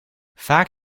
vaak